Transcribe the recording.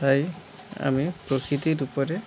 তাই আমি প্রকৃতির উপরে